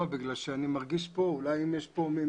לא, בגלל שאני מרגיש איזה מן